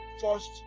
first